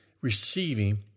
receiving